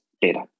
data